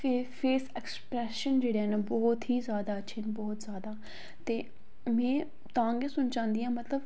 face expression जेह्ड़ा न बहुत ही जादा अच्छे न बहुत जादा ते में तां गै सुनचांदी आं मतलव